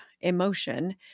emotion